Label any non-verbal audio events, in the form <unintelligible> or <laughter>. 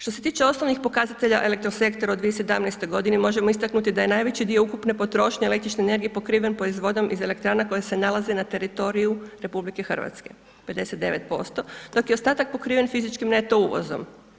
Što se tiče osnovnih pokazatelja elektrosektora u 2017. godini možemo istaknuti da je najveći dio ukupne potrošnje električne energije pokriven ... <unintelligible> iz elektrana koje se nalaze na teritoriju RH, 59% dok je ostatak pokriven fizičkim neto uvozom.